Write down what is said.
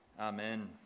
Amen